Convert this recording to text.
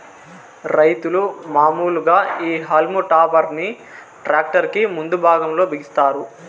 రైతులు మాములుగా ఈ హల్మ్ టాపర్ ని ట్రాక్టర్ కి ముందు భాగం లో బిగిస్తారు